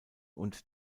und